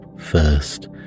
First